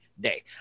day